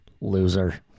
Loser